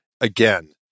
again